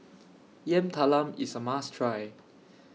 Yam Talam IS A must Try